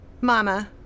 Mama